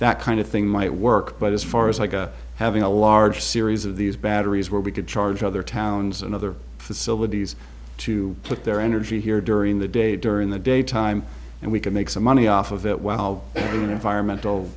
that kind of thing might work but as far as like a having a large series of these batteries where we could charge other towns and other facilities to put their energy here during the day during the daytime and we could make some money off of it while the environmental